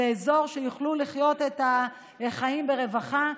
לאזור שבו הם יוכלו לחיות את החיים ברווחה.